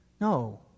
No